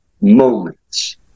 moments